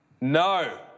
No